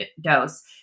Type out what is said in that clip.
dose